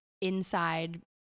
inside